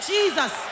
Jesus